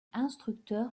instructeur